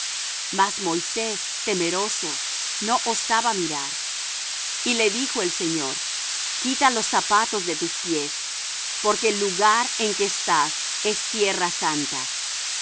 mas moisés temeroso no osaba mirar y le dijo el señor quita los zapatos de tus pies porque el lugar en que estás es tierra santa